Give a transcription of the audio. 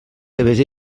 seves